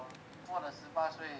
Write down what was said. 做了十八岁